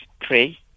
pray